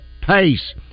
pace